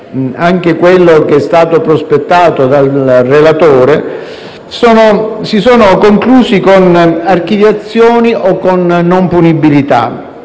anche quello che è stato prospettato dal relatore, si sono conclusi con archiviazioni o con non punibilità,